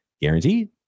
Guaranteed